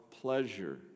pleasure